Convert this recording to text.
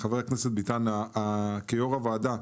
יושב-ראש הוועדה,